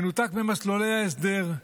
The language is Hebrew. מנותק ממסלולי ההסדר,